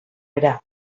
era